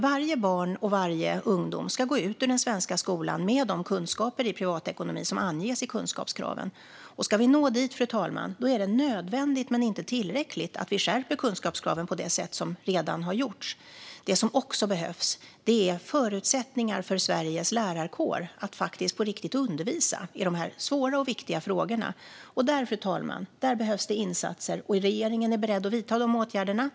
Varje barn och ungdom ska gå ut ur den svenska skolan med de kunskaper i privatekonomi som anges i kunskapskraven. Ska vi nå dit är det nödvändigt, men inte tillräckligt, att vi skärper kunskapskraven på det sätt som redan har gjorts. Det som också behövs är förutsättningar för Sveriges lärarkår att på riktigt undervisa i dessa svåra och viktiga frågor. Där, fru talman, behövs insatser, och regeringen är beredd att vidta de åtgärderna.